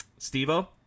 steve-o